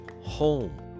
home